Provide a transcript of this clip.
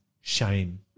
shame